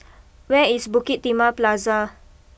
where is Bukit Timah Plaza